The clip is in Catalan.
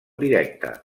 directe